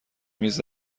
میز